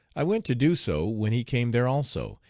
i went to do so, when he came there also,